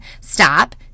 stop